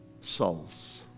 souls